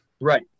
right